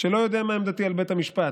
שלא יודע מה עמדתי על בית המשפט,